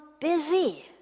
busy